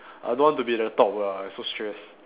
I don't want to be the top lah so stress